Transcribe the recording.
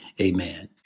Amen